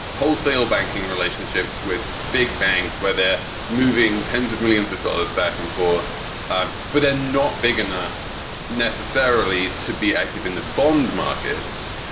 wholesale banking, relationships with big banks where they're moving tens of millions of dollars back and forth um but they're not big enough necessarily to be active in the bond markets,